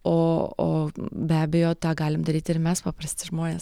o o be abejo tą galim daryti ir mes paprasti žmonės